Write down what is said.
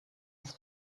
his